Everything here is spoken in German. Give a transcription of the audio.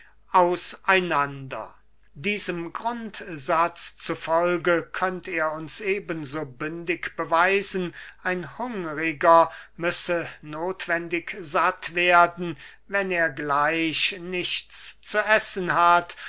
einander diesem grundsatz zu folge könnt er uns eben so bündig beweisen ein hungriger müsse nothwendig satt werden wenn er gleich nichts zu essen hat